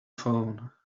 phone